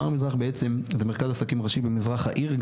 מע"ר מזרח זה בעצם מרכז עסקים ראשי במזרח העיר,